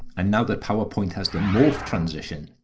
and now that powerpoint has the morph transition,